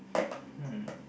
hmm